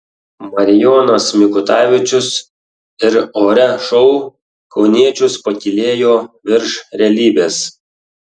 marijonas mikutavičius ir ore šou kauniečius pakylėjo virš realybės